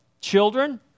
children